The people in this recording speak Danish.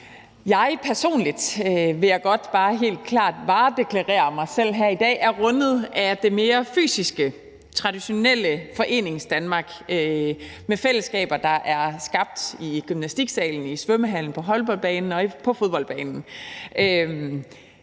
Jeg personligt, vil jeg godt bare helt klart varedeklarere her i dag, er rundet af det mere fysiske, traditionelle Foreningsdanmark med fællesskaber, der er skabt i gymnastiksalen, i svømmehallen, på håndboldbanen og på fodboldbanen.